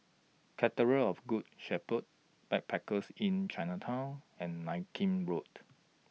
Cathedral of Good Shepherd Backpackers Inn Chinatown and Nankin Road